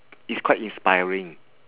it's quite inspiring